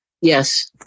Yes